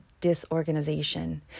disorganization